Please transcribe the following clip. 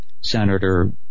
Senator